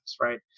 right